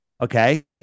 Okay